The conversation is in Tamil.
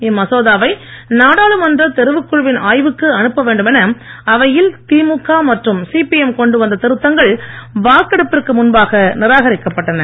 இம்மசோதாவை நாடாளுமன்ற தெரிவுக் குழுவின் ஆய்வுக்கு அனுப்ப வேண்டும் என அவையில் திமுக மற்றும் சிபிஎம் கொண்டு வந்த திருத்தங்கள் வாக்கெடுப்பிற்கு முன்பாக நிராகரிக்கப்பட்டன